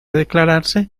declararse